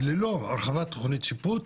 כי, ללא הרחבת תכנית שיפוט,